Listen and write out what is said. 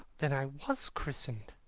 then i was christened!